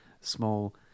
small